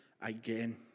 again